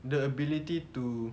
the ability to